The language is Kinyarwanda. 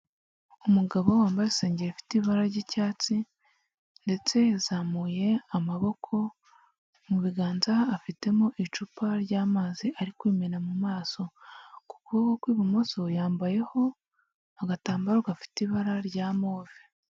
Umugabo wambaye isengeri ifite ibara ry'icyatsi ndetse yazamuye amaboko mu biganza afitemo icupa ry'amazi ari kumena mu maso ku kuboko kw'ibumoso yambayeho agatambaro gafite ibara rya move.